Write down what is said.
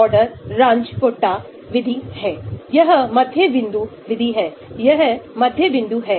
Basic शर्त के तहत स्टेरिक और इलेक्ट्रॉनिक प्रभाव होगा